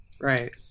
Right